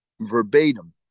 verbatim